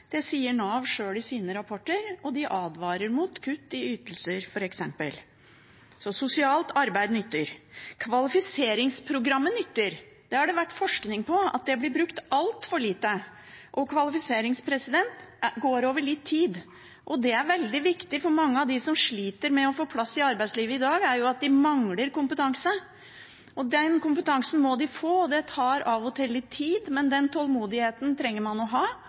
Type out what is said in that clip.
Det sier Nav sjøl i sine rapporter, og de advarer f.eks. mot kutt i ytelser. Så sosialt arbeid nytter. Kvalifiseringsprogrammet nytter, det har vært forskning på at det har blitt brukt altfor lite, og kvalifisering går over litt tid. Det er veldig viktig, for mange av dem som sliter med å få plass i arbeidslivet i dag, mangler kompetanse. Den kompetansen må de få. Det tar av og til litt tid, men den tålmodigheten trenger man å ha,